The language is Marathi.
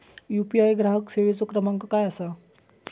यू.पी.आय ग्राहक सेवेचो क्रमांक काय असा?